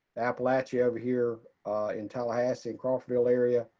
appalachia over here in tallahassee and crawfordville area,